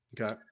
okay